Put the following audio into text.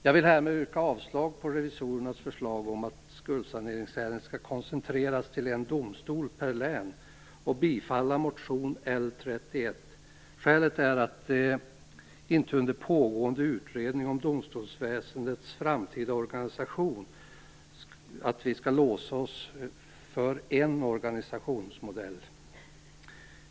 Jag vill härmed yrka avslag på revisorernas förslag om att skuldsaneringsärenden skall koncentreras till en domstol per län och bifall till motion L31. Skälet är att vi inte under pågående utredning om domstolsväsendets framtida organisation skall låsa oss för en organisationsmodell.